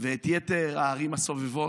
ואת יתר הערים הסובבות,